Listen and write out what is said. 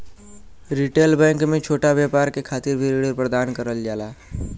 retail bank में छोटा व्यापार के खातिर भी ऋण प्रदान करल जाला